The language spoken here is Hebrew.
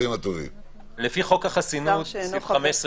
לפי חוק החסינות סעיף 15,